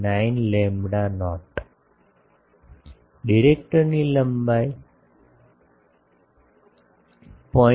49 lambda naught ડિરેક્ટરની લંબાઈ 0